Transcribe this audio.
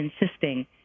insisting